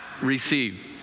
receive